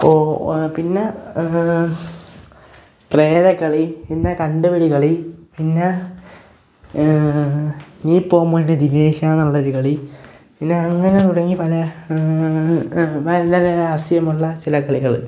പിന്നെ പ്രേതക്കളി പിന്നെ കണ്ടുപിടി കളി പിന്നെ നീ പോ മോനെ ദിനേശാ എന്നുള്ളൊരു കളി പിന്നെ അങ്ങനെ തുടങ്ങി പല ഭയങ്കര ആശയമുള്ള ചില കളികൾ